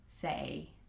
say